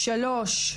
שלוש,